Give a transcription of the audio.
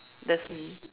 that's me